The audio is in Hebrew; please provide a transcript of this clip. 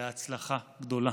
בהצלחה גדולה.